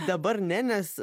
dabar ne nes